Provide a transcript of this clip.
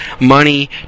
money